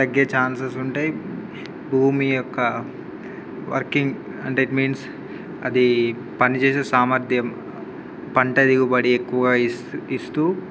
తగ్గే ఛాన్సెస్ ఉంటాయి భూమి యొక్క వర్కింగ్ అంటే ఇట్ మీన్స్ అది పనిచేసే సామర్థ్యం పంట దిగుబడి ఎక్కువగా ఇస్ ఇస్తూ